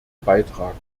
beitragen